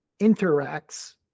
interacts